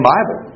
Bible